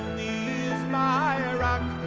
is my ah rock.